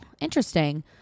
interesting